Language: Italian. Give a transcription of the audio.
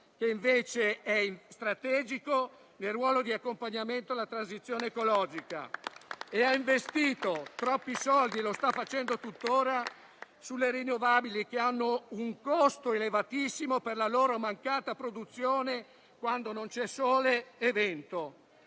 che è invece strategico nel ruolo di accompagnamento alla transizione ecologica. Ha invece investito troppi soldi - e lo sta facendo tuttora - sulle energie rinnovabili, che hanno un costo elevatissimo per la loro mancata produzione quando non ci sono sole e vento.